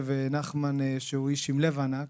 נחמן הוא איש עם לב ענק